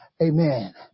Amen